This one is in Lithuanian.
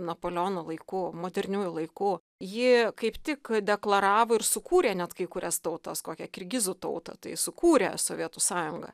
napoleono laikų moderniųjų laikų ji kaip tik deklaravo ir sukūrė net kai kurias tautas kokią kirgizų tautą tai sukūrė sovietų sąjunga